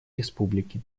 республики